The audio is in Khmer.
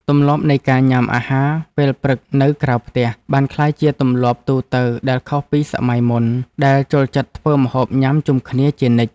ទម្លាប់នៃការញ៉ាំអាហារពេលព្រឹកនៅក្រៅផ្ទះបានក្លាយជាទម្លាប់ទូទៅដែលខុសពីសម័យមុនដែលចូលចិត្តធ្វើម្ហូបញ៉ាំជុំគ្នាជានិច្ច។